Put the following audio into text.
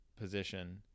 position